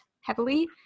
heavily